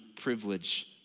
privilege